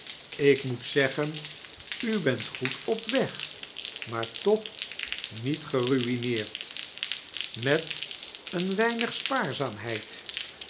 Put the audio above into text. ik moet zeggen u bent goed op weg maar toch niet getrui'neerd met een weinig spaarzaamihedd